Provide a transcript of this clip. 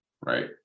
Right